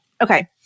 Okay